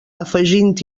afegint